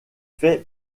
fait